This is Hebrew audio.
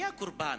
אני הקורבן.